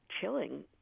chilling